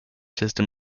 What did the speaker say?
system